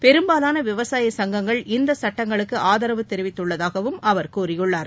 பெரும்பாலான விவசாய சங்கங்கள் இந்த சட்டங்களுக்கு ஆதரவு தெரிவித்துள்ளதாகவும் அவர் கூறியுள்ளார்